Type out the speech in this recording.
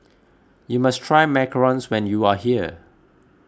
you must try macarons when you are here